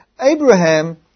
Abraham